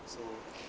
so